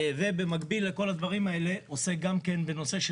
ובמקביל לכל הדברים האלה עוסק גם בנושא של